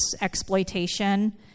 exploitation